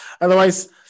Otherwise